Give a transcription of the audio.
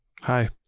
Hi